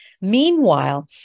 meanwhile